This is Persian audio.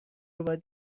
باید